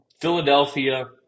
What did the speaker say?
Philadelphia